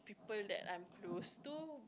people that I'm close to